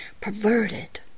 perverted